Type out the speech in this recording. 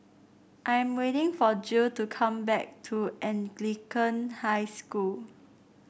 I am waiting for Jill to come back to Anglican High School